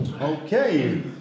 okay